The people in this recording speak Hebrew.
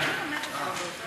גם לי כשאני דיברתי.